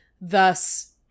thus